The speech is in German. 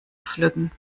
pflücken